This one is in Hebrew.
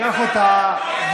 קח אותה,